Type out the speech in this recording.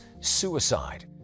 suicide